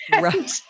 Right